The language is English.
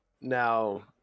Now